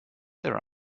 there